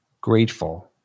grateful